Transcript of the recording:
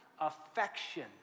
affection